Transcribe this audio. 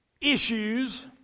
issues